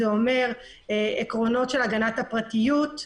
זה אומר עקרונות של הגנת הפרטיות.